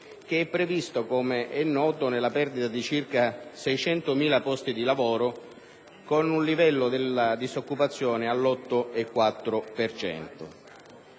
previsto, come noto, nella perdita di circa 600.000 posti di lavoro, con un livello della disoccupazione all'8,4